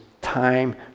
time